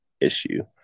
issue